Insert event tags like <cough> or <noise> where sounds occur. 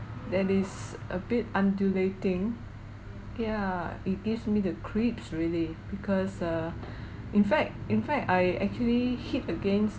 that is a bit undulating yeah it gives me the creeps really because err <breath> in fact in fact I actually hit against